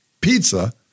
Pizza